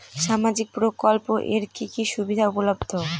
সামাজিক প্রকল্প এর কি কি সুবিধা উপলব্ধ?